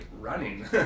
running